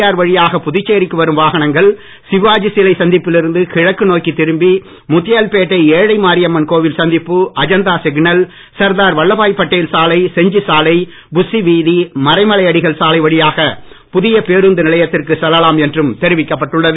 R வழியாக புதுச்சேரிக்கு வரும் வாகனங்கள் சிவாஜி சிலை சந்திப்பில் இருந்து கிழக்கு நோக்கி திரும்பி முத்தியால்பேட்டை ஏழை மாரியம்மன் கோவில் சந்திப்பு அஜந்தா சிக்னல் சர்தார் வல்லபபாய் பட்டேல் சாலை செஞ்சி சாலை புஸ்சி வீதி மறைமலையடிகள் சாலை வழியாக புதிய பேருந்து நிலையத்திற்கு செல்லலாம் என்றும் தெரிவிக்கப்பட்டுள்ளது